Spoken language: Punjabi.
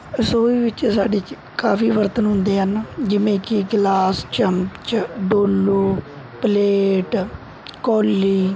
ਰਸੋਈ ਵਿੱਚ ਸਾਡੇ 'ਚ ਕਾਫ਼ੀ ਬਰਤਨ ਹੁੰਦੇ ਹਨ ਜਿਵੇਂ ਕਿ ਗਿਲਾਸ ਚਮਚ ਡੋਲੂ ਪਲੇਟ ਕੌਲੀ